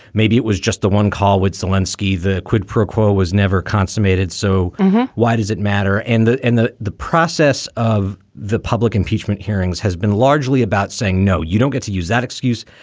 maybe it was just the one call would stilinski. the quid pro quo was never consummated. so why does it matter and in and the the process of the public? impeachment hearings has been largely about saying, no, you don't get to use that excuse,